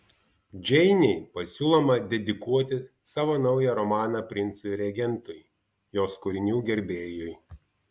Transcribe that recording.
džeinei pasiūloma dedikuoti savo naują romaną princui regentui jos kūrinių gerbėjui